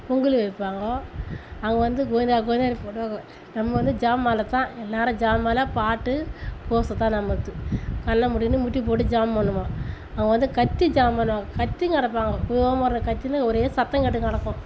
பொங்கல் வைப்பாங்க அங்கே வந்து கோவிந்தா கோவிந்தானு போடுவாங்கோ நம்ம வந்து ஜெபமாலை தான் எல்லாேரும் ஜெபமாலை பாட்டு பூஜை தான் நம்மளது கண்ணை மூடிக்கின்னு முட்டிப் போட்டு ஜெபம் பண்ணுவோம் அவங்க வந்து கத்தி ஜெபம் பண்ணுவாங்க கத்தின்னு கிடப்பாங்க குரோமுறை கத்தின்னு ஒரே சத்தம் கேட்டுக்கிடக்கும்